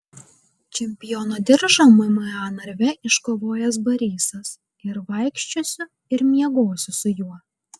čempiono diržą mma narve iškovojęs barysas ir vaikščiosiu ir miegosiu su juo